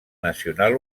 nacional